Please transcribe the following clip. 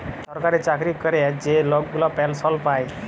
ছরকারি চাকরি ক্যরে যে লক গুলা পেলসল পায়